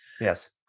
Yes